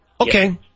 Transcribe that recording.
Okay